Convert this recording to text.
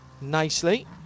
nicely